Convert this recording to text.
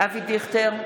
אבי דיכטר,